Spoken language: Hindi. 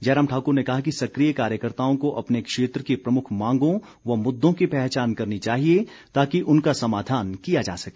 जयराम ठाक्र ने कहा कि सक्रिय कार्यकर्ताओं को अपने क्षेत्र की प्रमुख मांगों व मुद्दों की पहचान करनी चाहिए ताकि उनका समाधान किया जा सके